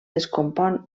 descompon